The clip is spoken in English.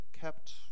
kept